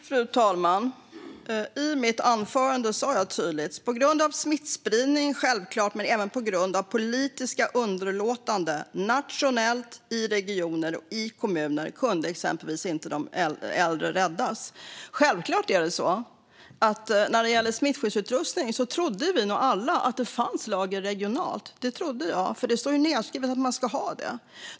Fru talman! I mitt anförande sa jag tydligt: "På grund av smittspridning och självklart även på grund av politisk underlåtenhet nationellt, regionalt och kommunalt kunde inte de äldre skyddas." När det gäller smittskyddsutrustning trodde vi nog alla att det fanns lager regionalt. Det trodde jag, för det står ju nedskrivet att man ska ha det.